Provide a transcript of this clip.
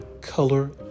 color